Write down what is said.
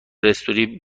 استوری